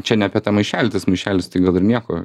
čia ne apie tą maišelį tas maišelis tai gal ir nieko